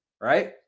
right